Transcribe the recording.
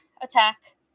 attack